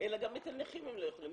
גם אצל נכים הם לא יכולים.